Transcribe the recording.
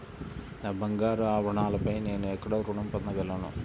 నా బంగారు ఆభరణాలపై నేను ఎక్కడ రుణం పొందగలను?